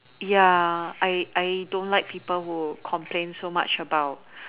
ya I I don't like people who complain so much about